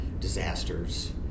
disasters